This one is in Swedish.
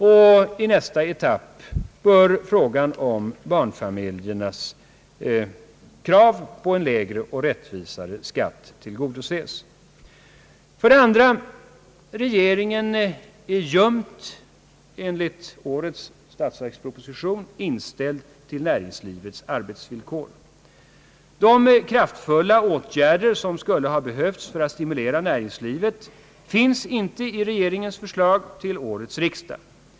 Och i nästa etapp bör barnfamiljernas krav på en lägre och rättvisare skatt tillgodoses. 2) Regeringen är enligt årets statsverksproposition ljumt inställd till näringslivets arbetsvillkor. De kraftfulla åtgärder som skulle ha behövts för att stimulera näringslivet uteblir i regeringens förslag till årets riksdag.